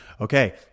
okay